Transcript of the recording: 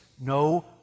No